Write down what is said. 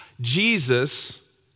Jesus